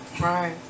Right